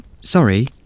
sorry